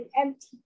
empty